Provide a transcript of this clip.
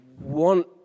want